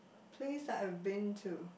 place that I've been to